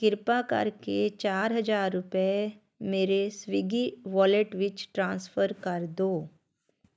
ਕਿਰਪਾ ਕਰਕੇ ਚਾਰ ਹਜ਼ਾਰ ਰੁਪਏ ਮੇਰੇ ਸਵਿਗੀ ਵੋਲੇਟ ਵਿੱਚ ਟ੍ਰਾਂਸਫਰ ਕਰ ਦਿਓ